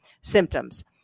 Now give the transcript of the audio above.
symptoms